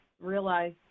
realize